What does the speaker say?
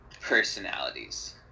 personalities